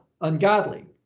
ungodly